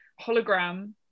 hologram